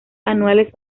anuales